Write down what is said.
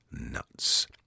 nuts